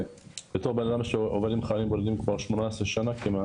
שבתור בן אדם שעובד עם חיילים בודדים כבר 18 שנה כמעט,